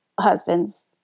husband's